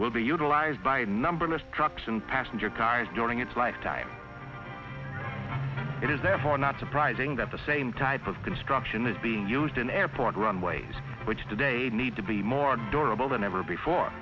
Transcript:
will be utilized by numberless trucks and passenger cars during its lifetime it is therefore not surprising that the same type of construction is being used in airport runways which today need to be more durable than ever before